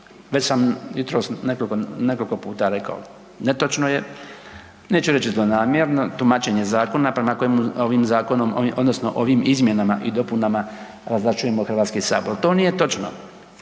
Već sam jutros nekoliko puta rekao, netočno je, neću reći zlonamjerno tumačenje zakona prema kojemu ovim zakonom odnosno ovim izmjenama i dopunama razvlašćujemo Hrvatski sabor. To nije točno.